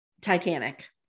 Titanic